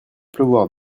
pleuvoir